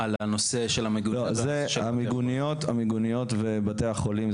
על הנושא של המיגוניות והנושא של בתי החולים.